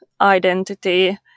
identity